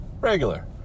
regular